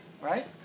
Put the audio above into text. right